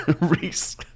Reese